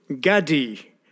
Gadi